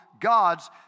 God's